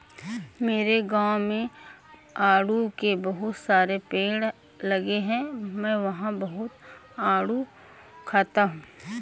मेरे गाँव में आड़ू के बहुत सारे पेड़ लगे हैं मैं वहां बहुत आडू खाता हूँ